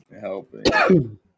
helping